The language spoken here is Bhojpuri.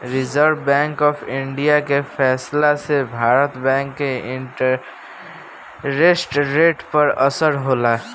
रिजर्व बैंक ऑफ इंडिया के फैसला से भारतीय बैंक में इंटरेस्ट रेट पर असर होला